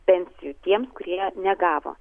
pensijų tiems kurie negavo